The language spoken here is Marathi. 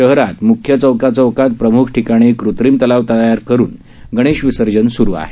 शहरात मुख्य चौकाचौकात प्रमुख ठिकाणी कृत्रिम तलाव तयार करून गणेश विसर्जन स्रू आहे